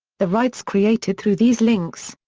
the rights created through these links,